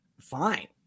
fine